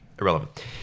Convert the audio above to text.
irrelevant